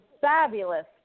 fabulous